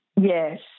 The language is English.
Yes